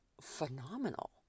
phenomenal